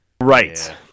right